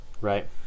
right